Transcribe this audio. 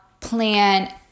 plan